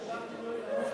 מותר לי גילוי נאות?